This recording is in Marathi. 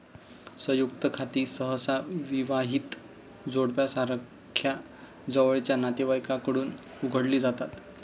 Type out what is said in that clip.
संयुक्त खाती सहसा विवाहित जोडप्यासारख्या जवळच्या नातेवाईकांकडून उघडली जातात